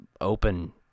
open